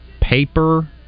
Paper